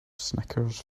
snickers